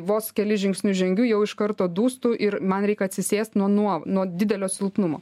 vos kelis žingsnius žengiu jau iš karto dūstu ir man reik atsisėst nuo nuo nuo didelio silpnumo